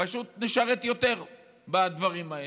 פשוט נשרת יותר בדברים האלה.